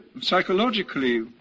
psychologically